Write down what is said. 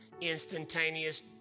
instantaneous